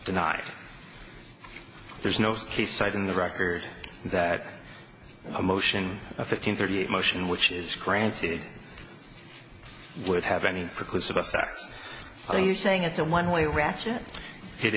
denied there's no case citing the record that a motion of fifteen thirty eight motion which is granted would have any clues about that so you're saying it's a one way ratchet it